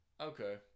Okay